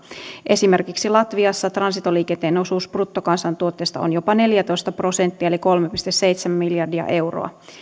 esimerkiksi latviassa transitoliikenteen osuus bruttokansantuotteesta on jopa neljätoista prosenttia eli kolme pilkku seitsemän miljardia euroa